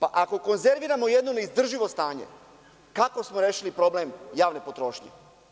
Ako konzerviramo jedno neizdrživo stanje, kako smo rešili problem javne potrošnje?